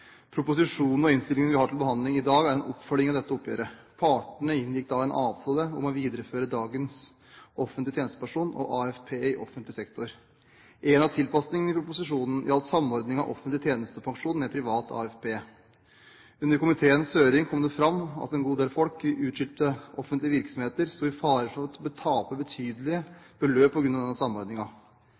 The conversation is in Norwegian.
Proposisjonen og innstillingen vi har til behandling i dag, er en oppfølging av dette oppgjøret. Partene inngikk da en avtale om å videreføre dagens offentlige tjenestepensjon og AFP i offentlig sektor. En av tilpasningene i proposisjonen gjaldt samordning av offentlig tjenestepensjon med privat AFP. Under komiteens høring kom det fram at en god del folk i utskilte offentlige virksomheter sto i fare for å tape betydelige beløp på grunn av denne